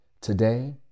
Today